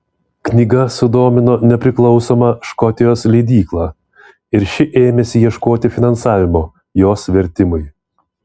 knyga sudomino nepriklausomą škotijos leidyklą ir ši ėmėsi ieškoti finansavimo jos vertimui